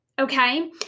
okay